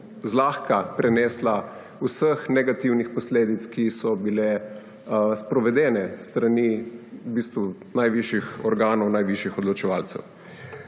zlahka prenesla vseh negativnih posledic, ki so bile sprovedene s strani najvišjih organov, najvišjih odločevalcev.